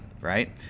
right